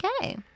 Okay